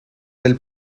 del